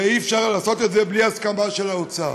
ואי-אפשר לעשות את זה בלי הסכמה של האוצר,